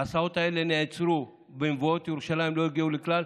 ההסעות האלה נעצרו במבואות ירושלים ולא הגיעו כלל,